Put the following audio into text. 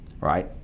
right